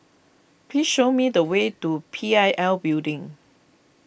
please show me the way to P I L Building